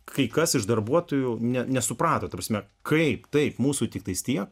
kai kas iš darbuotojų nesuprato ta prasme kaip taip mūsų tiktais tiek